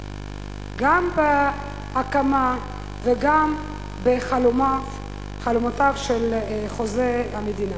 גם בהקמה וגם בחלומותיו של חוזה המדינה,